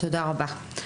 תודה רבה.